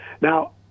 Now